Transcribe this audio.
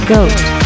Goat